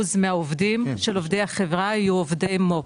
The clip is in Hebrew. מהעובדים של עובדי החברה יהיו עובדי מו"פ,